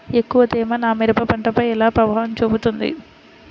ఎక్కువ తేమ నా మిరప పంటపై ఎలా ప్రభావం చూపుతుంది?